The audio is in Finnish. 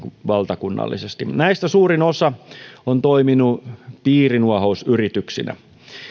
valtakunnallisesti näistä suurin osa on toiminut piirinuohousyrityksinä